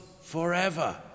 forever